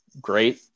great